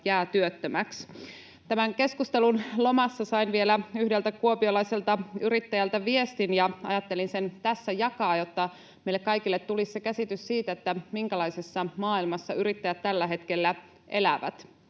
jää työttömäksi. Tämän keskustelun lomassa sain vielä yhdeltä kuopiolaiselta yrittäjältä viestin, ja ajattelin sen tässä jakaa, jotta meille kaikille tulisi käsitys siitä, minkälaisessa maailmassa yrittäjät tällä hetkellä elävät: